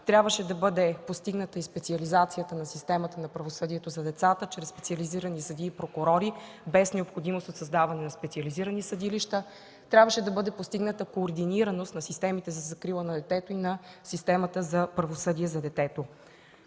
Трябваше да бъде постигната и институализацията на системата на правосъдието за децата чрез специализирани съдии и прокурори, без необходимост от създаване на специализирани съдилища. Трябваше да бъде постигната кординираност на системите за закрила на детето и на системата за правосъдие за детето.